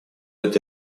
это